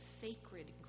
sacred